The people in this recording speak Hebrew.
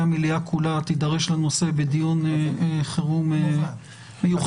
המליאה כולה תידרש לנושא בדיון חירום מיוחד.